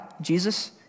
Jesus